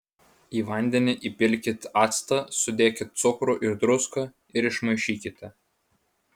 į vandenį įpilkit actą sudėkit cukrų ir druską ir išmaišykite